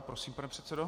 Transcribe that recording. Prosím, pan předsedo.